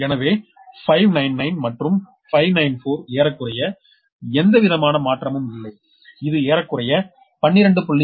எனவே 599 மற்றும் 594 ஏறக்குறைய எந்தவிதமான மாற்றமும் இல்லை இது ஏறக்குறைய 12